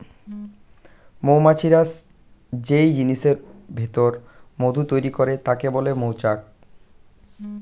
মৌমাছিরা যেই জিনিসের ভিতর মধু তৈরি করে তাকে মৌচাক বলে